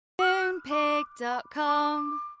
Moonpig.com